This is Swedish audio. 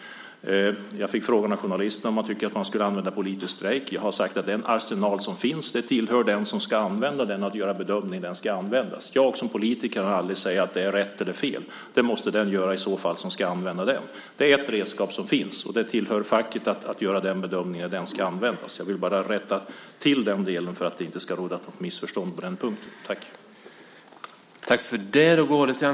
Jag fick frågan av journalister om jag tycker att man skulle använda politisk strejk. Jag har sagt att när det gäller den arsenal som finns tillkommer det den som ska använda den att göra bedömningen när den ska användas. Jag som politiker kan aldrig säga att det är rätt eller fel. Det måste den göra som ska använda den. Det är ett redskap som finns, och det tillkommer facket att göra bedömningen när det ska användas. Jag vill rätta till den delen för att det inte ska råda något missförstånd på den punkten.